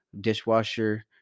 dishwasher